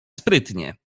sprytnie